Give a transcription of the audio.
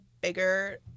bigger